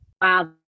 Wow